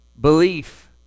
belief